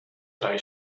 drei